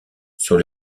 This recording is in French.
sur